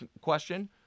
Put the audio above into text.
question